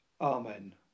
Amen